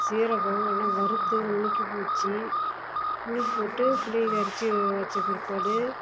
சீரகம் எல்லாம் வறுத்து நுணிக்கி வைச்சி நுணிக்கி போட்டு புளியை கரைச்சி வைச்ச பிற்பாடு